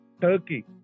Turkey